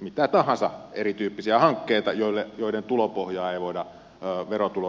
mitä tahansa erityyppisiä hankkeita joiden tulopohjaa ei voida verotuloilla varmistaa